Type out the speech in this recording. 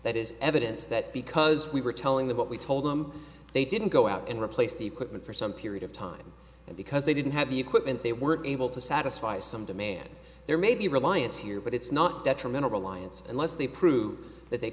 that is evidence that because we were telling them what we told them they didn't go out and replace the equipment for some period of time and because they didn't have the equipment they were able to satisfy some demand there may be a reliance here but it's not detrimental reliance unless they prove that they